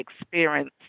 experience